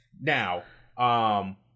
Now